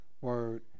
word